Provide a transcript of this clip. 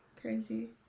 crazy